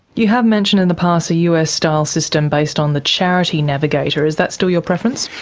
you have mentioned in the past a us-style system based on the charity navigator. is that still your preference?